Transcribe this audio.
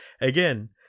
again